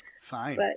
Fine